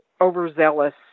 overzealous